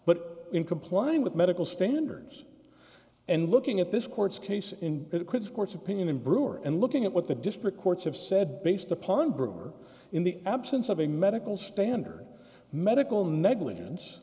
but in complying with medical standards and looking at this court's case in it chris court's opinion in brewer and looking at what the district courts have said based upon brewer in the absence of a medical standard medical negligence